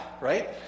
right